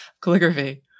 calligraphy